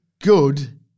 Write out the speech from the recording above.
good